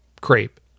crepe